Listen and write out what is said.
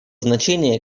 значение